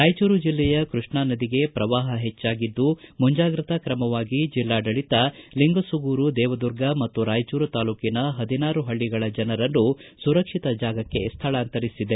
ರಾಯಚೂರು ಜಿಲ್ಲೆಯ ಕೃಷ್ಣಾ ನದಿಗೆ ಪ್ರವಾಹ ಹೆಚ್ಚಾಗಿದ್ದು ಮುಂಚಾಗ್ರತಾ ಕ್ರಮವಾಗಿ ಜಿಲ್ಲಾಡಳಿತ ಲಿಂಗಸೂಗೂರು ದೇವದುರ್ಗ ಮತ್ತು ರಾಯಚೂರು ತಾಲೂಕಿನ ಪದಿನಾರು ಪಳ್ಳಗಳ ಜನರನ್ನು ಸುರಕ್ಷಿತ ಜಾಗಕ್ಕೆ ಸ್ಥಳಾಂತರಿಸಿದೆ